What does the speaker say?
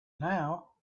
now